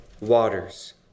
waters